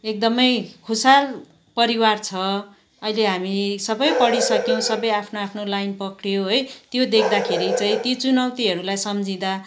एकदमै खुसहाल परिवार छ अहिले हामी सबै पढिसक्यौँ सबै आफ्नो आफ्नो लाइन पक्रियो है त्यो देख्दाखेरि चाहिँ ती चुनौतीहरूलाई सम्झिँदा